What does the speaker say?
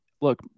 look